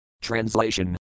Translation